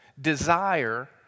desire